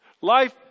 Life